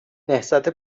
نهضت